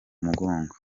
mugongo